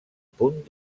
punt